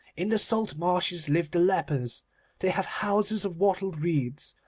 in the salt-marshes live the lepers they have houses of wattled reeds,